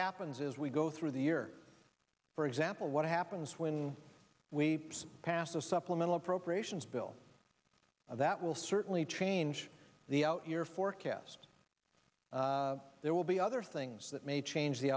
happens is we go through the year for example what happens when we pass a supplemental appropriations bill that will certainly change the out year forecast there will be other things that may change the